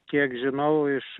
kiek žinau iš